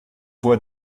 voie